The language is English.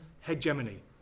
hegemony